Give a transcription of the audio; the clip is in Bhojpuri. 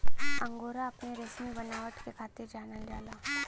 अंगोरा अपने रेसमी बनावट के खातिर जानल जाला